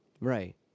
Right